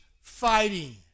fighting